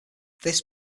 this